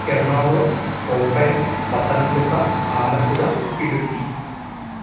Ernakulam Kottayam Pathanamthitta Alappuzha Idukki